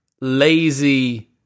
lazy